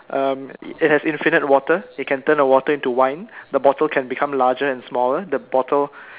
um it has infinite water it can turn a water into wine the bottle can become larger and smaller the bottle